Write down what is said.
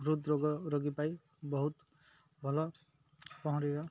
ହୃଦ ରୋଗ ରୋଗୀ ପାଇଁ ବହୁତ ଭଲ ପହଁରିବା